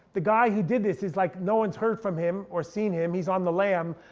the guy who did this is like, no one's heard from him, or seen him, he's on the lam.